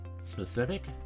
specific